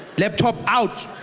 laptop out!